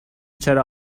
چرا